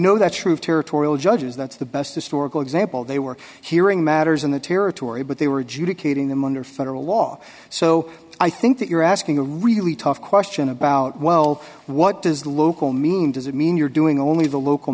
know that's true of territorial judges that's the best historical example they were hearing matters in the territory but they were due to killing them under federal law so i think that you're asking a really tough question about well what does local mean does it mean you're doing only the local